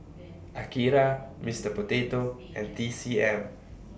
Akira Mister Potato and T C M